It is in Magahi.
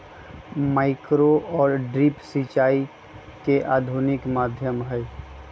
माइक्रो और ड्रिप सिंचाई के आधुनिक माध्यम हई